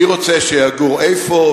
מי רוצה שיגור איפה,